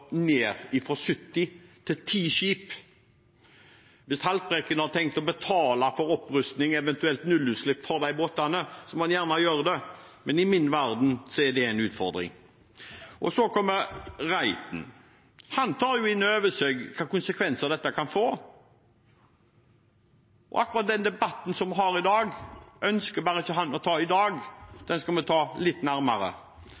Hvis Haltbrekken har tenkt å betale for opprusting, eventuelt nullutslipp, for de båtene, må han gjerne gjøre det, men i min verden er det en utfordring. Og så kommer Reiten. Han tar innover seg hvilke konsekvenser dette kan få, men han ønsker ikke å ta akkurat den debatten i dag, den skal vi ta litt nærmere 2026. Hele det maritime fagmiljøet sier at dette kommer vi ikke til å